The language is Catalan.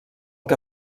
que